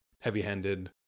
heavy-handed